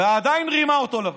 ועדיין רימה אותו לבן.